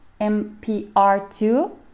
MPR2